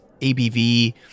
ABV